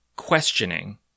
questioning